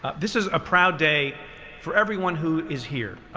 this is a proud day for everyone who is here,